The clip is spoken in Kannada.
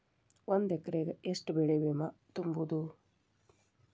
ಒಂದ್ ಎಕ್ರೆಗ ಯೆಷ್ಟ್ ಬೆಳೆ ಬಿಮಾ ತುಂಬುಕು?